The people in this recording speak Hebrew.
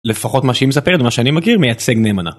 לפחות מה שהיא מספרת ומה שאני מכיר מייצג נאמנה.